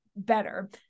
better